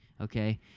Okay